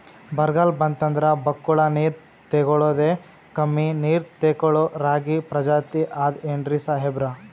ಬರ್ಗಾಲ್ ಬಂತಂದ್ರ ಬಕ್ಕುಳ ನೀರ್ ತೆಗಳೋದೆ, ಕಮ್ಮಿ ನೀರ್ ತೆಗಳೋ ರಾಗಿ ಪ್ರಜಾತಿ ಆದ್ ಏನ್ರಿ ಸಾಹೇಬ್ರ?